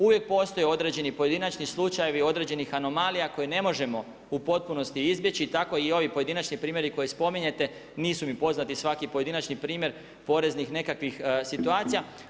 Uvijek postoje određeni pojedinačni slučajevi određenih anomalija koje ne možemo u potpunosti izbjeći, tako i ovi pojedinačni primjeri koje spominjete, nisu mi poznati svaki pojedinačni primjer poreznih nekakvih situacija.